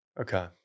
Okay